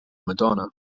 madonna